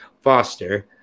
Foster